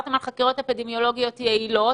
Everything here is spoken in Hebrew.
דיברתם על חקירות אפידמיולוגיות יעילות,